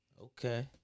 okay